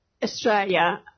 Australia